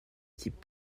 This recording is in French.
type